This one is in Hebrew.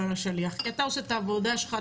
על השליח כי אתה עושה את העבודה שלך,